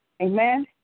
Amen